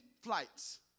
flights